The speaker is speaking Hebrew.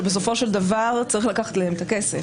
שבסופו של דבר צריך לקחת להם את הכסף.